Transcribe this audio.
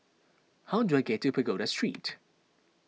how do I get to Pagoda Street